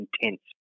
intense